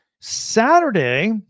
saturday